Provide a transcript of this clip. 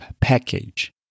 package